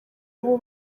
abo